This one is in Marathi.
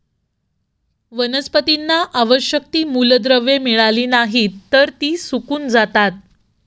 वनस्पतींना आवश्यक ती मूलद्रव्ये मिळाली नाहीत, तर ती सुकून जातात